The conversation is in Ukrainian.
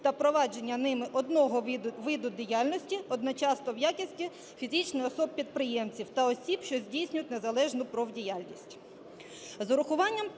та провадження ними одного виду діяльності одночасно в якості фізичних осіб-підприємців та осіб, що здійснюють незалежну профдіяльність.